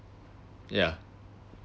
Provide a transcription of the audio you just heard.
yeah